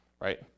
right